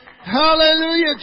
Hallelujah